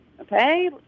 okay